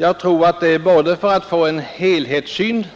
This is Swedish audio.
Jag tror att det både för att få en helhetssyn